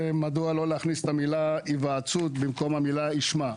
מדוע לא להכניס את המילה "היוועצות" במקום המילה "ישמע"?